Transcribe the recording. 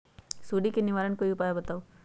सुडी से निवारक कोई उपाय बताऊँ?